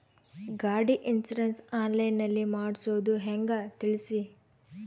ಗಾಡಿ insurance online ನಲ್ಲಿ ಮಾಡ್ಸೋದು ಹೆಂಗ ತಿಳಿಸಿ?